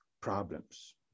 problems